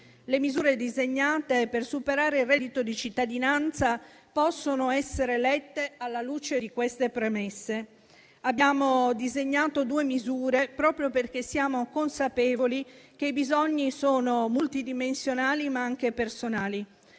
Le misure disegnate per superare il reddito di cittadinanza possono essere lette alla luce di queste premesse. Abbiamo disegnato due misure proprio perché siamo consapevoli che i bisogni sono multidimensionali, ma anche personali.